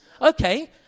Okay